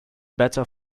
better